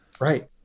Right